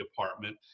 department